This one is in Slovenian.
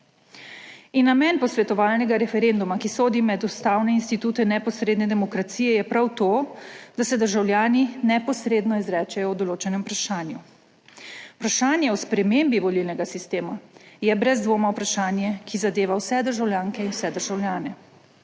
In namen posvetovalnega referenduma, ki sodi med ustavne institute neposredne demokracije, je prav to, da se državljani neposredno izrečejo o določenem vprašanju. Vprašanje o spremembi volilnega sistema je brez dvoma vprašanje, ki zadeva vse državljanke in vse državljane.